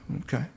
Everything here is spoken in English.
okay